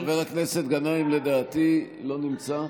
חבר הכנסת גנאים, לדעתי, לא נמצא.